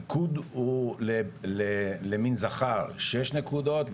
הניקוד הוא למין זכר שש נקודות,